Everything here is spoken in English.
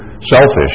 selfish